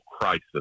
crisis